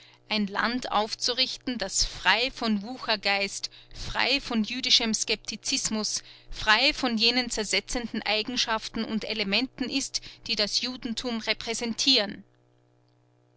ein land aufzurichten das frei von wuchergeist frei von jüdischem skeptizismus frei von jenen zersetzenden eigenschaften und elementen ist die das judentum repräsentieren